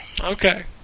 Okay